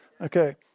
Okay